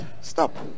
stop